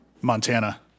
Montana